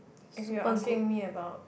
if you asking me about